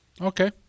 Okay